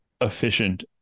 efficient